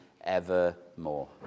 evermore